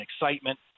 excitement